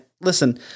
listen